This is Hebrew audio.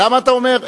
למה אתה אומר?